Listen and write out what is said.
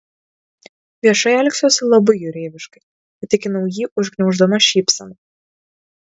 viešai elgsiuosi labai jūreiviškai patikinau jį užgniauždama šypseną